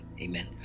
Amen